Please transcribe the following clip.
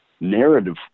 Narrative